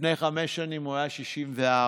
לפני חמש שנים הוא היה 64,